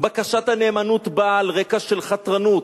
בקשת הנאמנות באה על רקע של חתרנות,